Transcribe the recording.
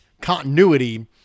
continuity